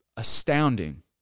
Astounding